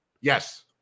Yes